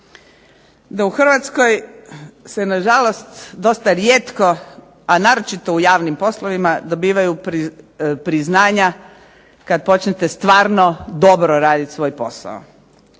da u Hrvatskoj se na žalost dosta rijetko a naročito u javnim poslovima dobivaju priznanja kad počnete stvarno dobro raditi svoj posao.